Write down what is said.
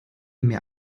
mir